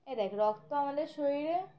এই দেখ রক্ত আমাদের শরীরে